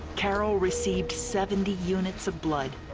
carol received seventy units of blood.